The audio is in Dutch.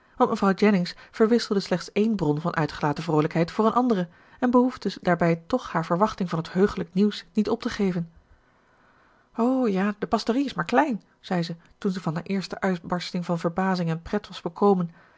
mevrouw jennings verwisselde slechts ééne bron van uitgelaten vroolijkheid voor eene andere en behoefde daarbij toch haar verwachting van het heugelijk nieuws niet op te geven o ja de pastorie is maar klein zei ze toen ze van haar eerste uitbarsting van verbazing en pret was